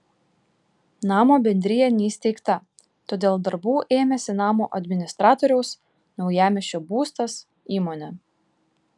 namo bendrija neįsteigta todėl darbų ėmėsi namo administratoriaus naujamiesčio būstas įmonė